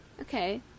Okay